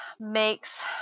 makes